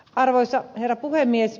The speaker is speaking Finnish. arvoisa herra puhemies